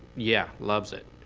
yeah, loves it,